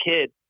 kid